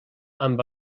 amb